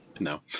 No